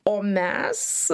o mes